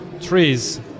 trees